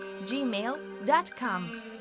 gmail.com